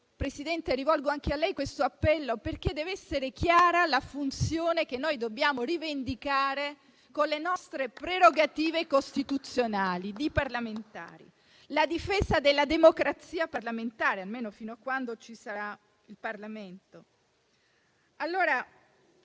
Presidente, rivolgo anche a lei questo appello, perché deve essere chiara la funzione, che noi dobbiamo rivendicare, con le nostre prerogative costituzionali di parlamentari e la difesa della democrazia parlamentare, almeno fino a quando ci sarà il Parlamento.